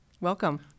Welcome